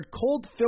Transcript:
cold